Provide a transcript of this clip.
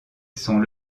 sont